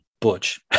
Butch